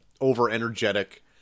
over-energetic